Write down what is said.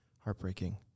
heartbreaking